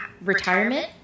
retirement